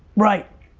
right.